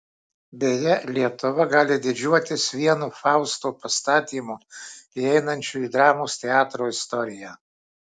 beje lietuva gali didžiuotis vienu fausto pastatymu įeinančiu į dramos teatro istoriją